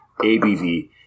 ABV